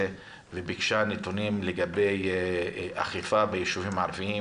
וביקשה נתונים לגבי אכיפה ביישובים ערביים,